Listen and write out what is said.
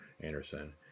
Anderson